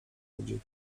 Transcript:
ludzi